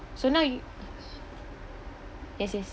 so now yo~ yes yes